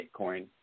Bitcoin